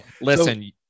Listen